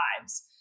lives